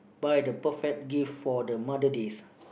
buy the perfect gift for the Mother Day